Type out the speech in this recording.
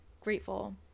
grateful